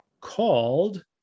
called